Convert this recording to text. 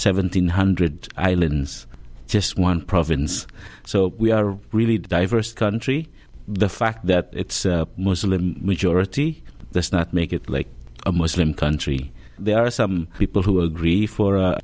seventeen hundred islands just one province so we are really diverse country the fact that it's a muslim majority does not make it a muslim country there are some people who agree for